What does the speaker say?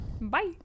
Bye